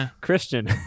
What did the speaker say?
Christian